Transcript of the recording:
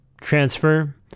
transfer